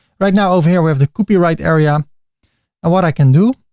right now, over here, we have the copyright area and what i can do,